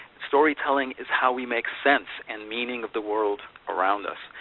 storytelling is how we make sense and meaning of the world around us.